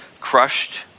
crushed